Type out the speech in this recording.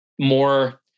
more